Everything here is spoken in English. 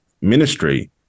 Ministry